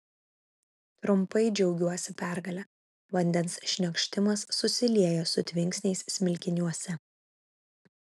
trumpai džiaugiuosi pergale vandens šniokštimas susilieja su tvinksniais smilkiniuose